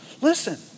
Listen